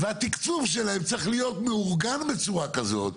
והתקצוב שלהן צריך להיות מאורגן בצורה כזאת,